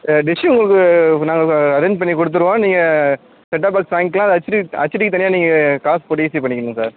ஆ dish உங்களுக்கு நாங்கள் இப்போ அரேஞ்ச் பண்ணிக்கொடுத்துருவோம் நீங்கள் செட் அப் பாக்ஸ் வாங்கிக்கலாம் அது அச்டி அச்டிக்கு தனியாக நீங்கள் காசு போட்டு ஈஸி பண்ணிக்கணும் சார்